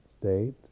state